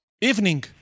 Evening